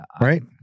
right